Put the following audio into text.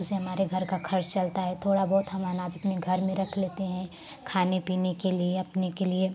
उसे हमारे घर का खर्च चलता है थोड़ा बहुत हम अनाज अपने घर में रख लेते हैं खाने पीने के लिए अपने के लिए